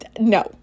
No